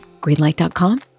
Greenlight.com